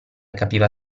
capiva